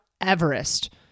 Everest